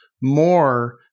more